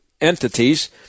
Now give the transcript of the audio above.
entities